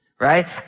Right